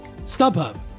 StubHub